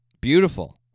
Beautiful